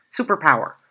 superpower